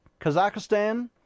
Kazakhstan